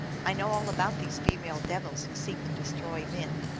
i know all about these female devils who seek to destroy men.